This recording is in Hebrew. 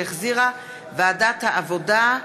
שהחזירה ועדת העבודה,